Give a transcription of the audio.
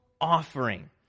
offering